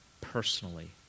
personally